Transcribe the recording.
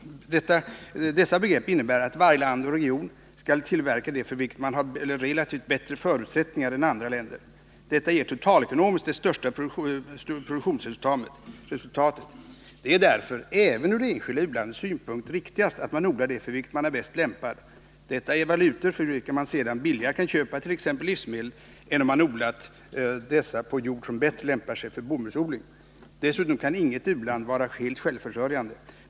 Dessa begrepp innebär att varje land och region skall tillverka det för vilket man har relativt bättre förutsättningar än andra länder. Detta ger totalekonomiskt det största produktionsresultatet. Det är därför, även ur det enskilda u-landets synpunkt, riktigast att man odlar det för vilket man är bäst lämpad. Detta ger valutor för vilka man sedan kan köpa t.ex. livsmedel billigare än om man odlat dessa på jord som bättre lämpar sig för bomullsodling. Dessutom kan inget u-land vara helt självförsörjande.